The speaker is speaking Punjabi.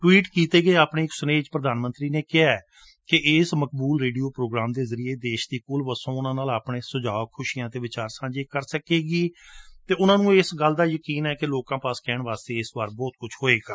ਟਵੀਟ ਕੀਤੇ ਗਏ ਆਪਣੇ ਇੱਕ ਸੁਨੇਹੇ ਵਿੱਚ ਪ੍ਰਧਾਨਮੰਤਰੀ ਨੇ ਕਿਹੈਕਿ ਇਸ ਮਕਬੂਲ ਰੇਡੀਓ ਪ੍ਰੋਗਰਾਮ ਦੇ ਜਰਿਏ ਦੇਸ਼ ਦੀ ਕੁਲ ਵਸੋਂ ਉਨ੍ਹਂ ਨਾਲ ਆਪਣੇ ਸੁਝਾਓ ਅਤੇ ਵਿਚਾਰ ਸਾਂਝੇ ਕਰ ਸਕੇਗੀ ਅਤੇ ਉਨ੍ਹਾਂ ਨੂੰ ਇਸ ਗੱਲ ਦਾ ਯਕੀਨ ਹੈ ਕਿ ਲੋਕਾਂ ਪਾਸ ਕਹਿਣ ਵਾਸਤੇ ਇਸ ਵਾਰ ਬਹੁਤ ਕੁਝ ਹੈ